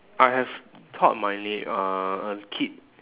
I have taught my neigh~ uh a kid